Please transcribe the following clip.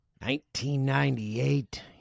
1998